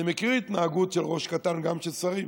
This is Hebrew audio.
אני מכיר התנהגות של ראש קטן גם של שרים.